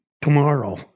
tomorrow